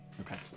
Okay